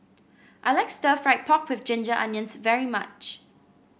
I like Stir Fried Pork with Ginger Onions very much